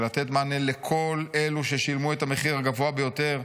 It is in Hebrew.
ולתת מענה לכל אלו ששילמו את המחיר הגבוה ביותר,